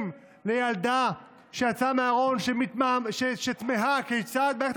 אם לילדה שיצאה מהארון תמהה כיצד מערכת